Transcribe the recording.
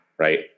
Right